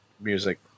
music